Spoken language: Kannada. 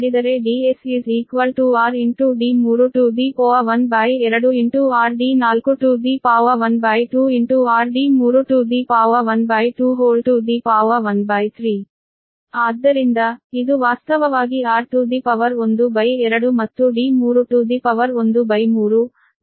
ಆದ್ದರಿಂದ ಇದು ವಾಸ್ತವವಾಗಿ r to the power 1 by 2 ಮತ್ತು d3 to the power 1 by 3 d4 to the power 1 by 6 ಗೆ ಬರುತ್ತಿದೆ